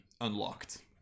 unlocked